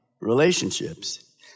relationships